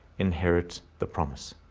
inherit the promi e,